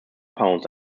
pounds